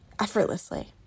Effortlessly